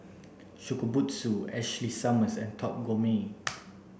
Shokubutsu Ashley Summers and Top Gourmet